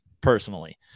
personally